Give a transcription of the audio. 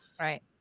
Right